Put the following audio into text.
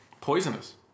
poisonous